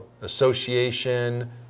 association